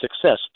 success